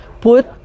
put